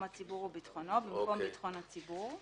הציבור וביטחונו" במקום ביטחון הציבור.